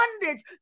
bondage